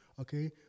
okay